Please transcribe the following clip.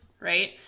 Right